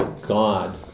God